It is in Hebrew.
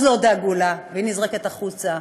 אז לא דאגו לה, והיא נזרקת החוצה.